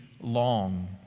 long